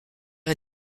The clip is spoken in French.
est